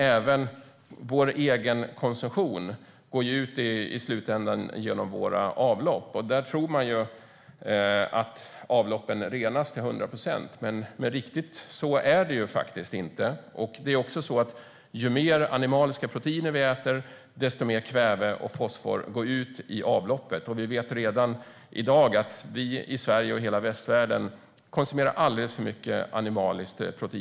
Även vår egen konsumtion går i slutändan ut genom våra avlopp. Man tror ibland att avloppen renas till 100 procent, men riktigt så är det inte. Och ju mer animaliska proteiner vi äter, desto mer kväve och fosfor går ut i avloppet. Redan i dag konsumerar vi i Sverige och västvärlden alldeles för mycket animaliskt protein.